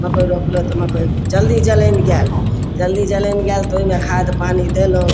मकइ रोपलहुँ तऽ मकइ जल्दी जनमि गेल जल्दी जनमि गेल तऽ ओइमे खाद पानि देलहुँ